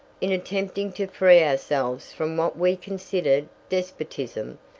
in attempting to free ourselves from what we considered despotism,